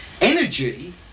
energy